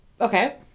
okay